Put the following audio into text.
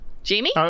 Jamie